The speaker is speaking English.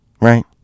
right